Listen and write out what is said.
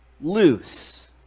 loose